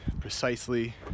precisely